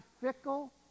fickle